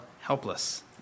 helpless